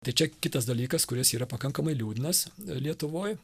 tai čia kitas dalykas kuris yra pakankamai liūdnas lietuvoj